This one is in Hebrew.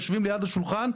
יושבים ליד השולחן,